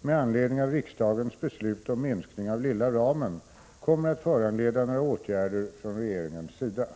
med anledning av riksdagens beslut om minskning av lilla ramen kommer att föranleda några åtgärder från regeringens sida.